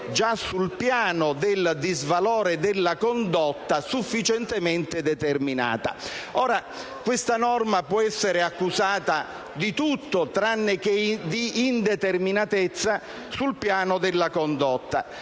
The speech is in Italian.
già sul piano del disvalore della condotta, sufficientemente determinata. Ora, questa norma può essere accusata di tutto tranne che di indeterminatezza sul piano della condotta.